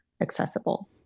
accessible